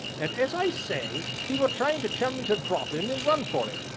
and as i say, he were trying to tell me to drop him and run for it,